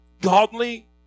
godly